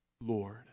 Lord